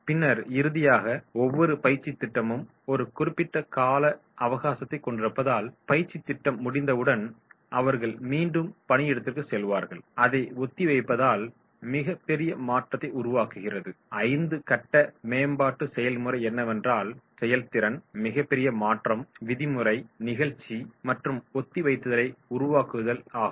பின்னர் இறுதியாக ஒவ்வொரு பயிற்சித் திட்டமும் ஒரு குறிப்பிட்ட கால அவகாசத்தைக் கொண்டிருப்பதால் பயிற்சித் திட்டம் முடிந்தவுடன் அவர்கள் மீண்டும் பணியிடத்திற்குச் செல்வார்கள் அதை ஒத்திவைப்பதால் மிக பெரிய மாற்றத்தை உருவாக்கிறது ஐந்து கட்ட மேம்பாட்டு செயல்முறை என்னவென்றால் செயல்திறன் மிக பெரிய மாற்றம் விதிமுறை நிகழ்ச்சி மற்றும் ஒத்திவைத்தலை உருவாக்குதல் ஆகும்